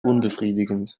unbefriedigend